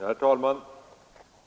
Herr talman!